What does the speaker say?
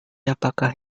apakah